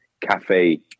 Cafe